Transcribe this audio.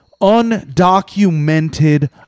undocumented